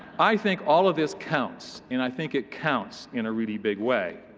i think all of this counts. and i think it counts in a really big way.